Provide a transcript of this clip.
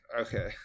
Okay